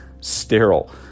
sterile